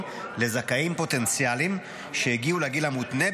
לזכאים פוטנציאליים שהגיעו לגיל המותנה,